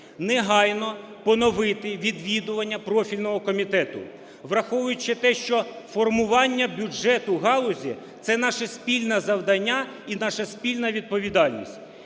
негайно поновити відвідування профільного комітету, враховуючи те, що формування бюджету галузі – це наше спільне завдання і наша спільна відповідальність,